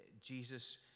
Jesus